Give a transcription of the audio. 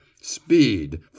speed